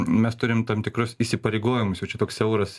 mes turim tam tikrus įsipareigojimus o čia toks siauras